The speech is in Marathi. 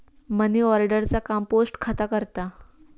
मनीऑर्डर चा काम पोस्ट खाता करता